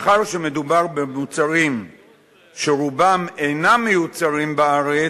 מאחר שמדובר במוצרים שרובם אינם מיוצרים בארץ,